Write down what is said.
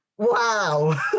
Wow